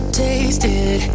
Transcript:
tasted